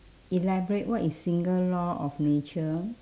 elaborate what is single law of nature